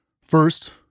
First